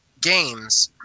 games